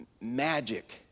magic